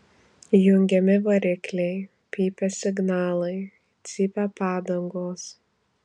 įjungiami varikliai pypia signalai cypia padangos